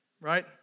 right